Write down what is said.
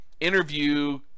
interview